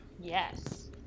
Yes